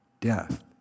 death